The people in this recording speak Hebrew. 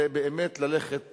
זה באמת ללכת